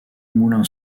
moulin